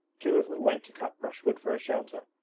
two went to cut brushwood for a shelter,